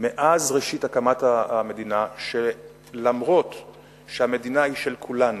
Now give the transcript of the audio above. מאז הקמת המדינה, שאף-על-פי שהמדינה היא של כולנו,